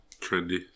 Trendy